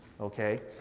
Okay